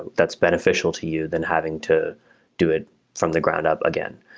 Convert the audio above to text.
that's beneficial to you, than having to do it from the ground up again.